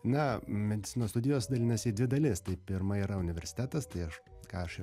na medicinos studijos dalinasi į dvi dalis tai pirma yra universitetas tai aš ką aš